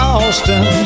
Austin